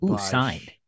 signed